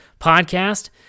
podcast